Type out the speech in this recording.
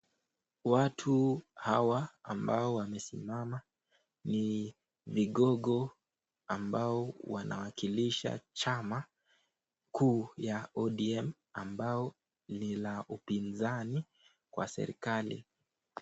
Watu Hawa ambao wamesimama ni vigogo ambao Wanawakilisha chama kuu ya ODM ambao ni WA upizani wa serikali.